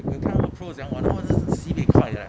我有看到 pros 这样玩然后是 sibeh 快 leh